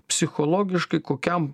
psichologiškai kokiam